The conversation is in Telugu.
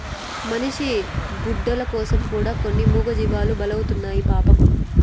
మనిషి గుడ్డల కోసం కూడా కొన్ని మూగజీవాలు బలైతున్నాయి పాపం